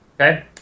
Okay